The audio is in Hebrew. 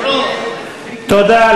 תודה.